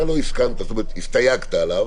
אתה הסתייגת עליו,